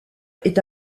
est